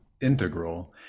integral